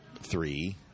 three